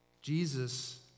Jesus